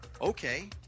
Okay